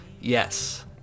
Yes